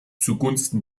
zugunsten